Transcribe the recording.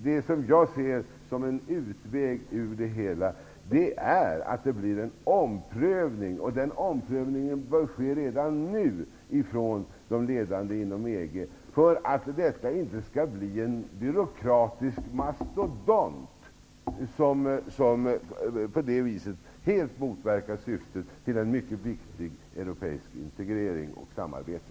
Den utväg jag ser i det hela är en omprövning. Den omprövningen bör ske redan nu bland de ledande i EG. Detta får inte bli en byråkratisk mastodont, som på det viset helt motverkar syftet med en mycket viktig europeisk integrering och ett samarbete.